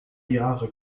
jahre